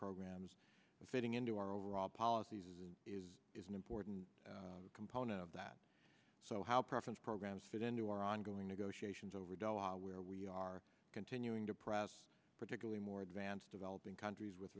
programs fitting into our overall policies and is is an important component of that so how preference programs fit into our ongoing negotiations over delaware we are continuing to press particularly more advanced developing countries with